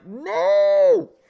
no